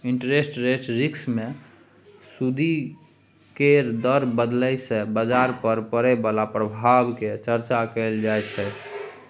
interest rate risk मे सूदि केर दर बदलय सँ बजार पर पड़य बला प्रभाव केर चर्चा कएल जाइ छै